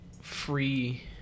free